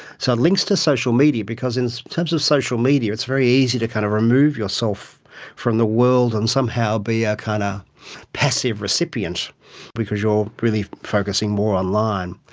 so links to social media, because in terms of social media it's very easy to kind of remove yourself from the world and somehow be a kind of passive recipient because you are really focusing more online.